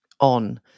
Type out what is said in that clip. on